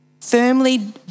firmly